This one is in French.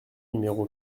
numéro